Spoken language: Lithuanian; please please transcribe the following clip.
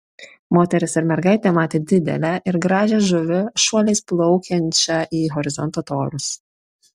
moteris ir mergaitė matė didelę ir gražią žuvį šuoliais plaukiančią į horizonto tolius